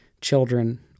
children